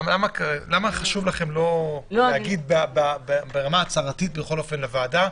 למה חשוב לכם לא להגיד ברמה ההצהרתית לוועדה